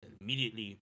immediately